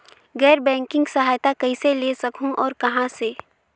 गैर बैंकिंग सहायता कइसे ले सकहुं और कहाँ से?